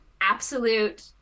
absolute